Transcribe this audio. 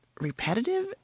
repetitive